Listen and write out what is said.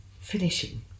finishing